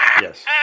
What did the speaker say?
Yes